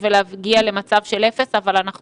עסק קטן,